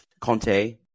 Conte